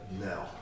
No